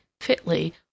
fitly